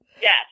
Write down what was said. Yes